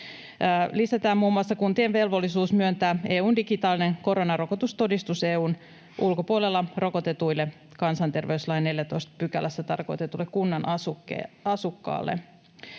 lisätään muun muassa kuntien velvollisuus myöntää EU:n digitaalinen korona-rokotustodistus EU:n ulkopuolella rokotetulle kansanterveyslain 14 §:ssä tarkoitetulle kunnan asukkaalle.